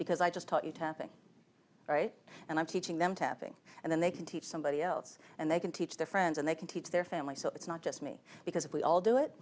because i just thought you tapping and i'm teaching them tapping and then they can teach somebody else and they can teach their friends and they can teach their family so it's not just me because if we all do it